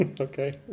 Okay